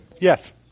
Yes